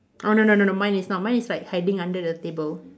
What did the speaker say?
oh no no no no mine is not mine is like hiding under the table